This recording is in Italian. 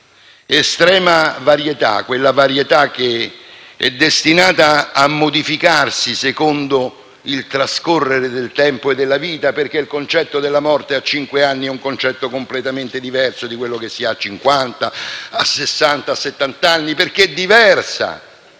estrema varietà, che è destinata a modificarsi secondo il trascorrere del tempo e della vita, perché il concetto della morte che si ha a cinque anni è completamente diverso da quello che si ha a cinquanta, a sessanta o a settanta anni, perché diversa